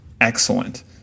excellent